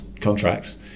contracts